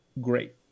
great